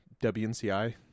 WNCI